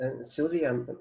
Sylvia